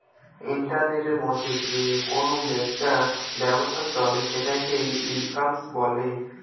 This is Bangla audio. ইন্টারনেটের মাধ্যমে যে কেনা বেচার ব্যবসা চলে সেটাকে ই কমার্স বলে